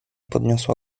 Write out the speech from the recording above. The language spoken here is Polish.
podniosła